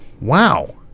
Wow